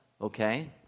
Okay